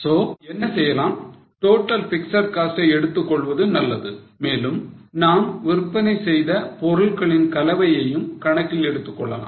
so நாம் என்ன செய்யலாம் total fixed cost ஐ எடுத்துக் கொள்வது நல்லது மேலும் நாம் விற்பனை செய்த பொருள்களின் கலவையையும் கணக்கில் எடுத்துக் கொள்ளலாம்